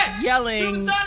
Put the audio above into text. yelling